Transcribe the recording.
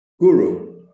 guru